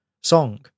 song